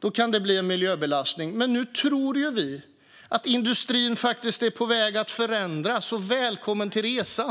det kan bli en miljöbelastning, men nu tror ju vi att industrin faktiskt är på väg att förändras. Välkommen till resan!